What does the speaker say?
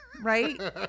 right